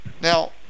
Now